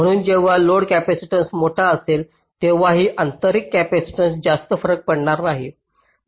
म्हणून जेव्हा load capacitance मोठा असेल तेव्हा ही आंतरिक कॅपेसिटन्स जास्त फरक पडणार नाही